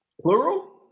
Plural